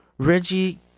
Reggie